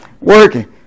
Working